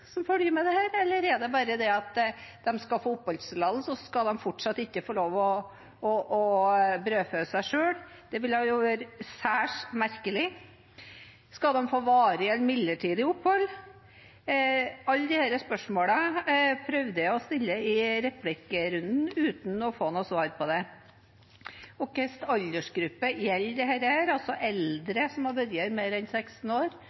følge arbeidstillatelse med dette, eller er det bare at de skal få oppholdstillatelse, og så skal de fortsatt ikke få lov til å brødfø seg selv? Det ville jo være særs merkelig. Skal de få varig eller midlertidig opphold? Alle disse spørsmålene prøvde jeg å stille i replikkrunden uten å få noe svar på det. Og hva slags aldersgruppe gjelder dette? Eldre som har vært her mer enn 16 år